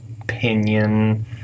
opinion